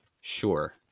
Sure